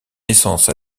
naissance